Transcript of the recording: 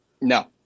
No